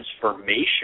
transformation